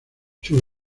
sus